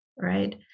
right